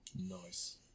Nice